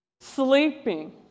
sleeping